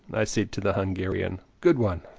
i said to the hungarian. good one,